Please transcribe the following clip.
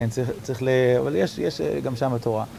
כן, צריך ל... אבל יש גם שמה תורה.